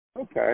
Okay